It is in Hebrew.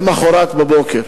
למחרת בבוקר